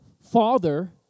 father